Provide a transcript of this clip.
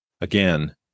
Again